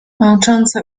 męczące